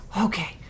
Okay